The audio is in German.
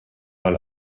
mal